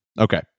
okay